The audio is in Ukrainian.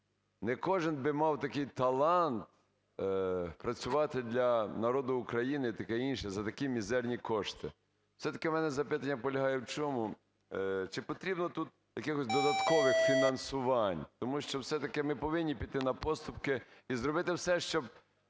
не кожний би мав такий талант працювати для народу України і таке інше за такі мізерні кошти. Все-таки у мене запитання полягає в чому: чи потрібно тут якихось додаткових фінансувань? Тому що все-таки ми повинні піти на поступки і зробити все, щоб